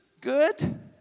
good